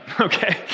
okay